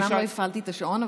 אומנם לא הפעלתי את השעון,